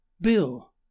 Bill